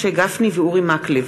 משה גפני ואורי מקלב,